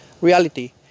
Reality